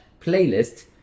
playlist